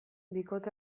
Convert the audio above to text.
bikote